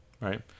right